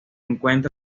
encuentra